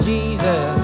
Jesus